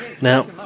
Now